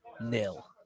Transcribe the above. nil